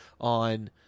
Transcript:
on